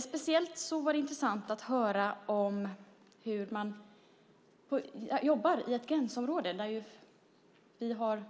Speciellt var det intressant att höra hur man jobbar i ett gränsområde. Vi har